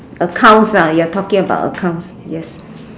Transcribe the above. accounts are you are talking about the accounts yes